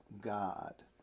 God